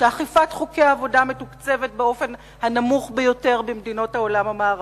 שאכיפת חוקי העבודה מתוקצבת באופן הנמוך ביותר במדינות העולם המערבי.